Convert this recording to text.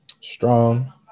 strong